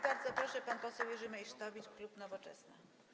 Bardzo proszę, pan poseł Jerzy Meysztowicz, klub Nowoczesna.